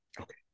Okay